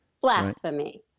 blasphemy